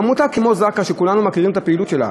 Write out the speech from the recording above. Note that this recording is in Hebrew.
עמותה כמו זק"א, שכולנו מכירים את הפעילות שלה,